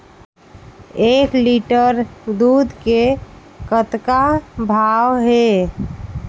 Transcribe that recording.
एक लिटर दूध के कतका भाव हे?